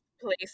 place